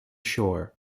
shore